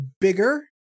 bigger